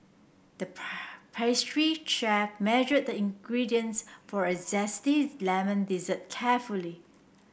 the pastry chef measured the ingredients for a zesty lemon dessert carefully